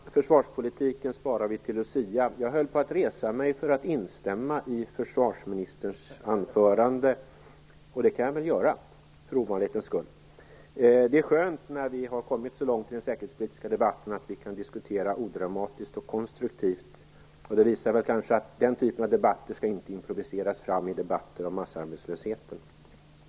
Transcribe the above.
Herr talman! Försvarspolitiken sparar vi till lucia. Jag höll på att resa mig för att instämma i försvarsministerns anförande, och det kan jag väl för ovanlighetens skull göra. Det är skönt att vi har kommit så långt i den säkerhetspolitiska debatten att vi kan diskutera odramatiskt och konstruktivt. Det visar väl att den typen av debatter inte skall improviseras fram i debatter om massarbetslösheten.